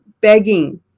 begging